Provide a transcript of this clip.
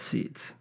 Seeds